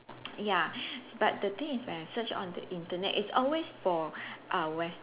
ya but the thing is when I search on the Internet it's always for uh Wes~